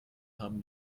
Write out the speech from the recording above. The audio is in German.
haben